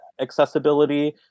accessibility